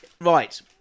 Right